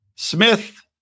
Smith